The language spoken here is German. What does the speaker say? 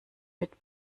mit